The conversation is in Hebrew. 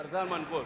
מר זלמן וולף.